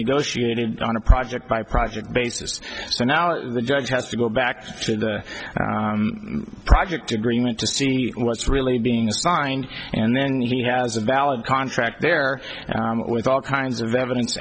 negotiated on a project by project basis so now the judge has to go back to the project agreement to see what's really being signed and then he has a valid contract there with all kinds of evidence